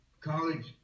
college